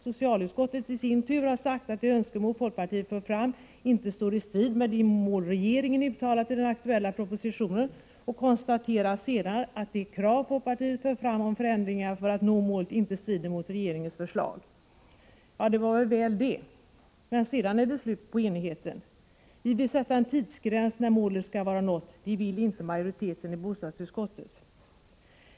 Socialutskottet i sin tur har sagt att de önskemål folkpartiet fört fram inte står i strid med de mål regeringen uttalat i den aktuella propositionen och konstaterar sedan att de krav folkpartiet fört fram om förändringar för att nå målet inte strider mot regeringens förslag. Ja, det var ju väl det, men sedan är det slut med enigheten. Vi vill sätta en tidsgräns när målet skall vara nått, det vill inte majoriteten i bostadsutskottet.